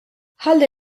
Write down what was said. ħalli